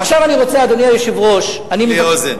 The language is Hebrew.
עכשיו אני רוצה, אדוני היושב-ראש, כולי אוזן.